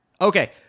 Okay